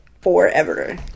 forever